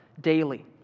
daily